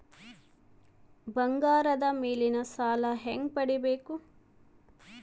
ಬಂಗಾರದ ಮೇಲೆ ಸಾಲ ಹೆಂಗ ಪಡಿಬೇಕು?